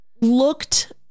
looked